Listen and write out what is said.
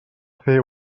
fer